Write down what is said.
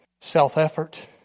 self-effort